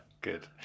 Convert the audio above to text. Good